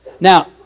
Now